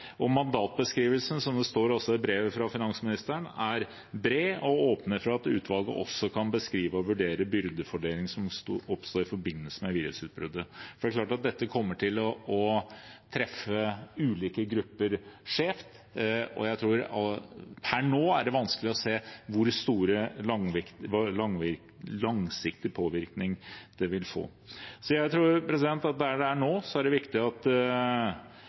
Mandatbeskrivelsen, som det står i brevet fra finansministeren, er bred og åpner for at utvalget også kan beskrive og vurdere byrdefordelingen som oppsto i forbindelse med virusutbruddet. Det er klart at dette kommer til å treffe ulike grupper skjevt, og per nå er det vanskelig å se hvor stor langsiktig påvirkning det vil få. Så jeg tror at slik det er nå, er det viktig at